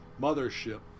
mothership